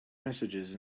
messages